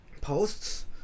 posts